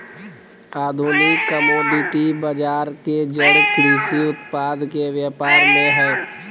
आधुनिक कमोडिटी बजार के जड़ कृषि उत्पाद के व्यापार में हइ